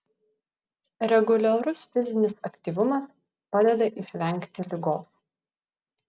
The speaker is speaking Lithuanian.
reguliarus fizinis aktyvumas padeda išvengti ligos